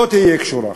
לא תהיה קשורה.